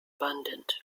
abundant